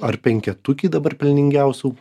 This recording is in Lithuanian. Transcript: ar penketuky dabar pelningiausių